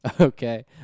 Okay